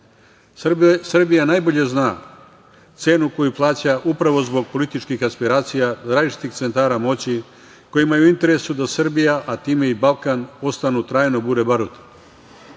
danas. Srbija najbolje zna cenu koju plaća upravo zbog političkih aspiracija različitih centara moći kojima je u interesu da Srbija, a time i Balkan ostanu trajno bure baruta,